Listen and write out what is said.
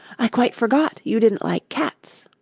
i quite forgot you didn't like cats